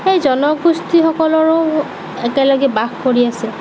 সেই জনগোষ্ঠীসকলৰো একেলগে বাস কৰি আছে